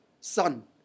son